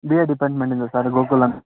B A ಡಿಪಾರ್ಟ್ಮೆಂಟಿಂದ sir Gokul ಅಂತ